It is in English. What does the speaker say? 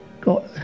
got